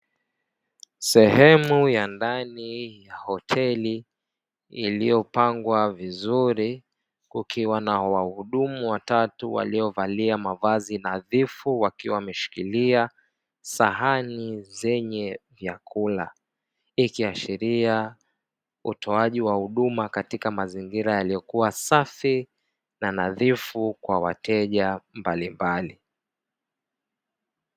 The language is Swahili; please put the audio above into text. Sehemu ya ndani ya hoteli iliyopangwa vizuri kukiwa na wahudumu watatu waliovalia mavazi nadhifu wakiwa wameshikilia sahani zenye vyakula, ikiashiria utoaji wa huduma katika mazingira yaliyokuwa safi na nadhifu kwa wateja mbalimbali.